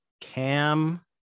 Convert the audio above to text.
Cam